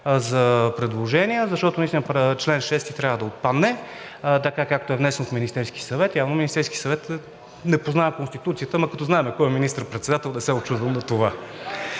да бъде три дни, защото наистина чл. 6 трябва да отпадне, така както е внесен от Министерския съвет. Явно Министерският съвет не познава Конституцията, но като знаем кой е министър председател, не се учудвам на това.